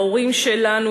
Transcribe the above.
ההורים שלנו,